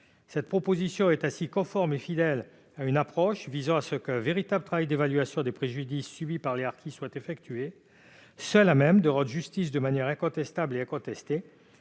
Cette proposition est conforme et fidèle à une approche visant à la réalisation d'un véritable travail d'évaluation des préjudices subis par les harkis, seul à même de rendre justice de manière incontestable et incontestée,